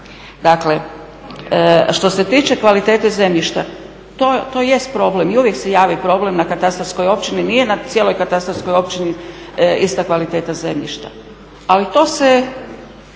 Dakle, što se tiče kvalitete zemljišta to jest problem. I uvijek se javi problem na katastarskoj općini, nije na cijeloj katastarskoj općini ista kvaliteta zemljišta. Ali to će